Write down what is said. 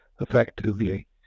effectively